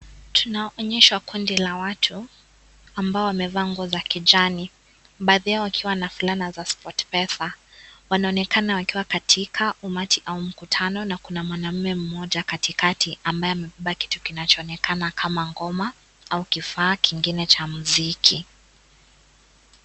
Tunaonyeshwa kundi la watu ambao wamevaa nguo za kijani, baadhi yao wakiwa na fulana za Sportpesa wanaonekana wakiwa katika umati au mkutano na kuna mwanaume mmoja katikati ambaye amebeba kitu kinachoonekana kaa ngoma au kifaa kingine cha muziki.